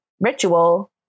ritual